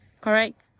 correct